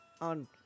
On